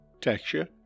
texture